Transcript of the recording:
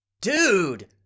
Dude